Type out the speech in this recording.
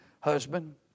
husband